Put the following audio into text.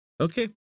Okay